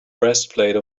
breastplate